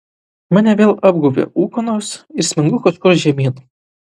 mane vėl apgaubia ūkanos ir smengu kažkur žemyn